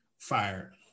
fired